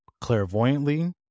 clairvoyantly